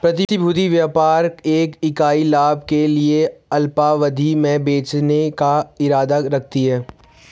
प्रतिभूति व्यापार एक इकाई लाभ के लिए अल्पावधि में बेचने का इरादा रखती है